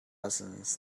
lessons